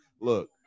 look